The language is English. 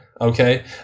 okay